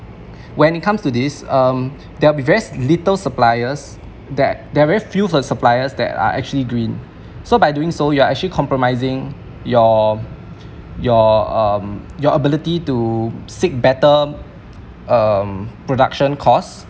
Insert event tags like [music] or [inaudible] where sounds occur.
[breath] when it comes to this um there will be very little suppliers that there are very few suppliers that are actually green so by doing so you are actually compromising your your um your ability to seek better um production cost